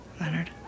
Leonard